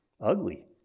ugly